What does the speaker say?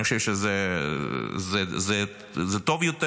אני חושב שזה טוב יותר.